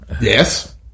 Yes